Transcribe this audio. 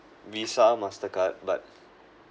Visa Mastercard but